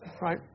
right